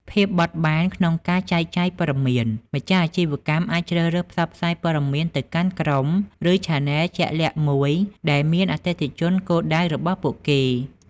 ភាពបត់បែនក្នុងការចែកចាយព័ត៌មាន ម្ចាស់អាជីវកម្មអាចជ្រើសរើសផ្សព្វផ្សាយព័ត៌មានទៅកាន់ក្រុម ឬឆានែលជាក់លាក់មួយដែលមានអតិថិជនគោលដៅរបស់ពួកគេ។